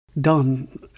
done